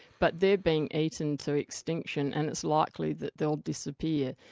but they're being eaten to extinction and it's likely that they'll disappear.